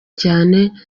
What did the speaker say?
cyane